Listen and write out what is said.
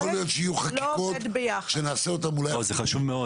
יכול להיות שיהיו חקיקות שנעשה אותן -- זה חשוב מאוד.